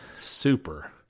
super